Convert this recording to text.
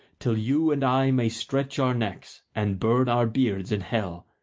till you and i may stretch our necks and burn our beards in hell.